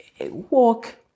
Walk